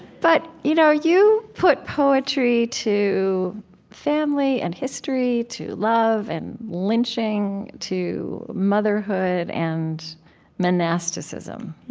but you know you put poetry to family and history, to love and lynching, to motherhood and monasticism.